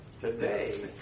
today